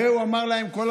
הרי כל הזמן